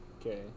Okay